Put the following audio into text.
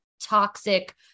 toxic